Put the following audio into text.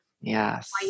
Yes